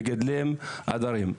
מגדלים עדרים.